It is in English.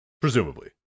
Presumably